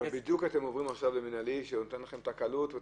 בדיוק עכשיו אתם עוברים למינהלי שנותן לכם את הקלות.